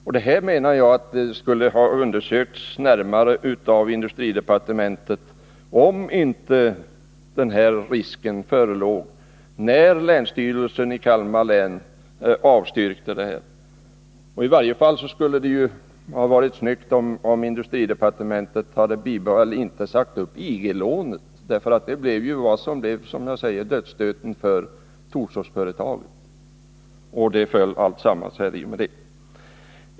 Jag menar att det skulle ha undersökts närmare av industridepartementet, om inte den här risken förelåg när länsstyrelsen i Kalmar län avstyrkte. I varje fall hade det varit snyggt, om industridepartementet inte hade sagt upp IG-lånet. Detta blev, som sagt, dödsstöten för Torsåsföretaget.